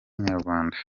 inyarwanda